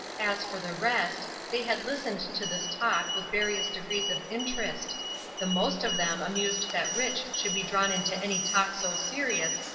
as for the rest, they had listened to this talk with various degrees of interest the most of them amused that rich. should be drawn into any talk so serious,